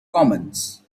commons